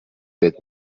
بهت